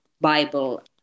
Bible